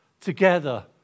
together